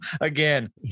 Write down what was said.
again